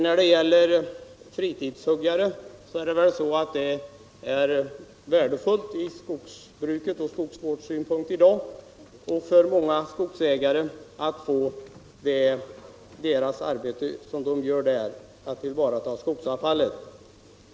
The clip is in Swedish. Vad fritidshuggarna beträffar är det värdefullt från skogsvårdssynpunkt att de tillvaratar skogsavfall.